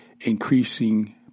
increasing